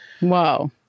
Wow